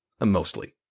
mostly